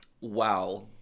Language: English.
Wow